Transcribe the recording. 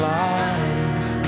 life